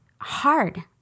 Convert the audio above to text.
hard